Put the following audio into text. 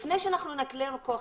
לפני שנקנה לו יותר כוח,